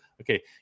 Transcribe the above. okay